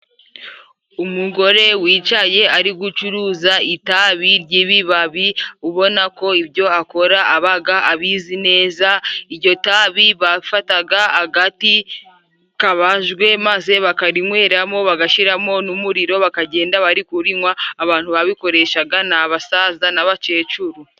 Umugore wicaye ari gucuruza itabi ry'ibibabi ubona ko ibyo akora abaga abizi neza. Ijyo tabi bafataga agati kabajwe maze bakarinyweramo, bagashyiramo n'umuriro, bakagenda bari kurinywa. Abantu babikoreshaga ni abasaza n'abakecuru.